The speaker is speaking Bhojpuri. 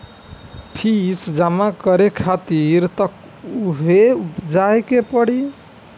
फ़ीस जमा करे खातिर तअ उहवे जाए के पड़ी